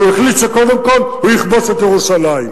הוא החליט שקודם כול הוא יכבוש את ירושלים.